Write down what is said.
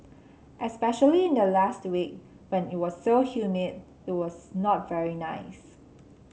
especially in the last week when it was so humid it was not very nice